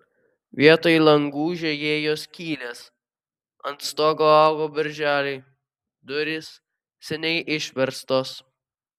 vietoj langų žiojėjo skylės ant stogo augo berželiai durys seniai išverstos